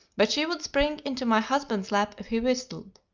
but she would spring into my husband's lap if he whistled.